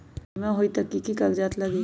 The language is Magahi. बिमा होई त कि की कागज़ात लगी?